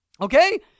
okay